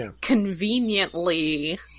conveniently